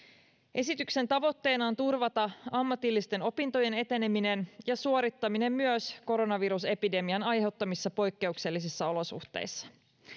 esityksen tavoitteena on turvata ammatillisten opintojen eteneminen ja suorittaminen myös koronavirusepidemian aiheuttamissa poikkeuksellisissa olosuhteissa